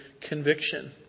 conviction